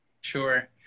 Sure